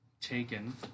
taken